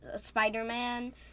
Spider-Man